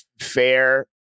fair